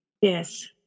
Yes